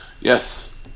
Yes